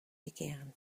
began